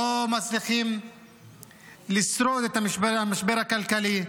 לא מצליחים לשרוד את המשבר הכלכלי.